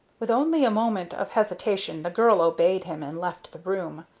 with only a moment of hesitation the girl obeyed him and left the room.